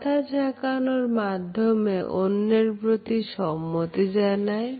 মাথা ঝাঁকানোর মাধ্যমে অন্যের প্রতি সম্মতি জানায়